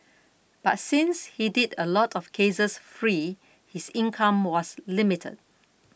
but since he did a lot of cases free his income was limited